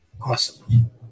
Awesome